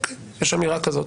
אוקיי, יש אמירה כזאת.